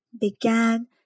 began